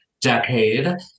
decade